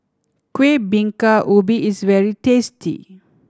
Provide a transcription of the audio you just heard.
Kueh Bingka Ubi is very tasty